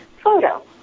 photo